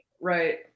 Right